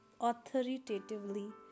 authoritatively